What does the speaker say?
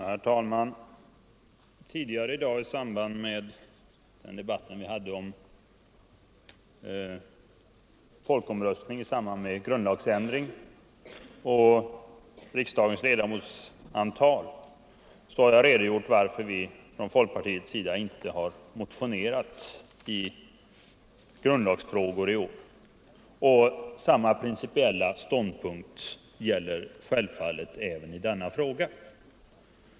Herr talman! Under den tidigare debatten i dag om folkomröstning i samband med grundlagsändringar och antalet ledamöter i riksdagen redogjorde jag för varför vi från folkpartiets sida inte har motionerat i grundlagsfrågorna i år, och samma principiella ståndpunkt gäller självfallet även i denna fråga.